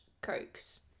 cokes